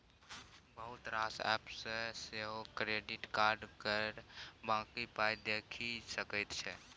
बहुत रास एप्प सँ सेहो क्रेडिट कार्ड केर बाँकी पाइ देखि सकै छी